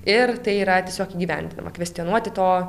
ir tai yra tiesiog įgyvendinama kvestionuoti to